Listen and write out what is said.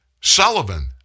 Sullivan